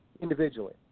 individually